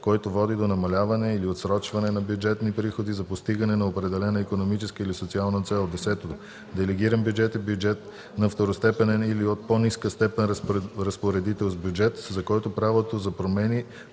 който води до намаляване или отсрочване на бюджетни приходи за постигане на определена икономическа или социална цел. 10. „Делегиран бюджет” е бюджет на второстепенен или от по-ниска степен разпоредител с бюджет, за който правото за промени